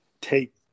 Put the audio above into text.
take